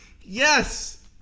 Yes